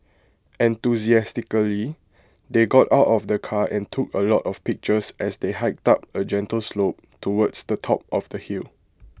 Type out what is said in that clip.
enthusiastically they got out of the car and took A lot of pictures as they hiked up A gentle slope towards the top of the hill